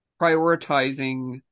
prioritizing